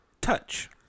Touch